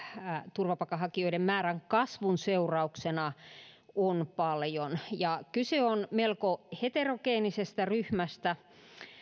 turvapaikanhakijoiden määrän kasvun seurauksena on paljon kyse on melko heterogeenisestä ryhmästä